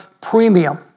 premium